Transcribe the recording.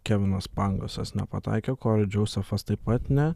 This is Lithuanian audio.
kevinas pangosas nepataikė kori džausefas taip pat ne